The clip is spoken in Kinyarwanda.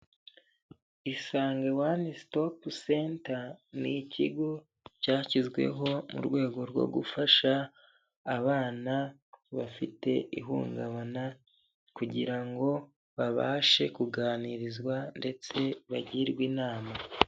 Isange wani sitopu senta ni ikigo cyashyizweho mu rwego rwo gufasha abana bafite ihungabana kugira ngo babashe kuganirizwa ndetse bagirwe inama.